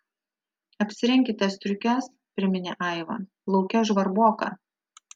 apsirenkite striukes priminė aiva lauke žvarboka